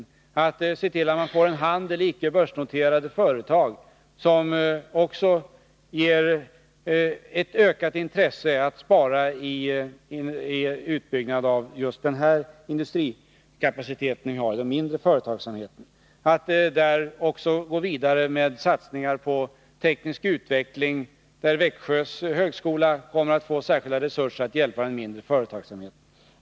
Vidare ser man till att vi får en handel med icke börsnoterade företag, något som också ger ett ökat intresse för att spara just i den mindre företagsamheten. Vidare föreslås att vi skall gå vidare med satsningar på teknisk utveckling, där Växjö högskola kommer att få särskilda resurser för att hjälpa den mindre företagsamheten.